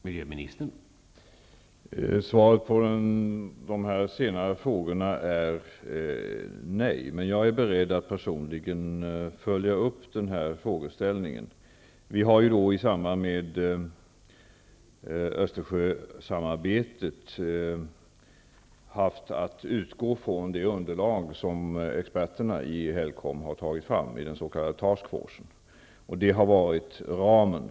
Herr talman! Svaret på de två sista frågorna är nej, men jag är beredd att personligen följa upp den här frågeställningen. I samband med Östersjösamarbetet har vi haft att utgå från det underlag som experterna i HELCOM har tagit fram i en s.k. task force. Det har utgjort ramen.